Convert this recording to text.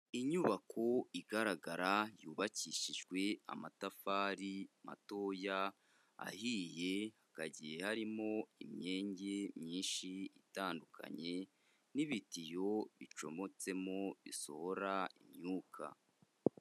Inyubako igaragara, yubakishijwe amatafari matoya ahiye, hagiye harimo imyenge myinshi itandukanye, n'ibitiyo bicometsemo bisohora imyuka.